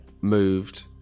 moved